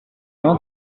non